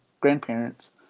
grandparents